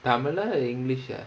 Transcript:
தமிழா இல்ல:tamilaa illa english ah